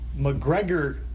McGregor